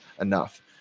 enough